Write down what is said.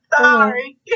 Sorry